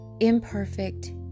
imperfect